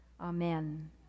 Amen